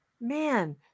man